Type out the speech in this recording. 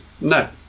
No